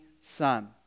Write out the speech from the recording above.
son